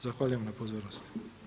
Zahvaljujem na pozornosti.